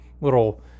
little